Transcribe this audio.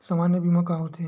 सामान्य बीमा का होथे?